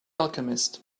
alchemist